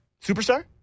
Superstar